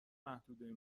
محدوده